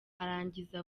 arangiza